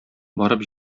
барып